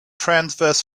transverse